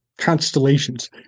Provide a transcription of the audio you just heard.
constellations